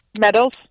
Medals